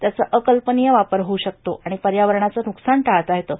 त्याचा अकल्पनीय वापर होऊ शकतो आणि पर्यावरणाचं नुकसान टाळता येतं